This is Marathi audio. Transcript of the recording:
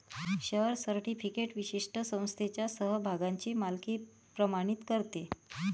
शेअर सर्टिफिकेट विशिष्ट संख्येच्या समभागांची मालकी प्रमाणित करते